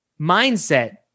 mindset